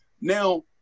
now